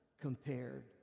compared